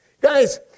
Guys